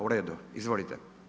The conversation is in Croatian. U redu, izvolite.